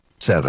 Seven